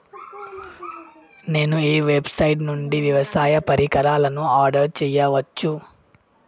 నేను ఏ వెబ్సైట్ నుండి వ్యవసాయ పరికరాలను ఆర్డర్ చేయవచ్చు?